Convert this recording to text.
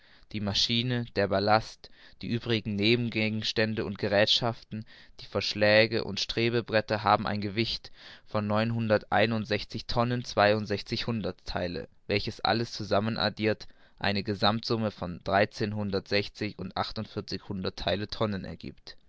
die maschine der ballast die übrigen nebengegenstände und geräthschaften die verschläge und strebebretter haben ein gewicht von neunhunderteinundsechzig tonnen zweiundsechzig hunderttheile welches alles zusammen addirt eine gesammtsumme von dreizehnhundertsechzig und achtundvierzig hunderttheile tonnen ergiebt